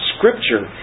Scripture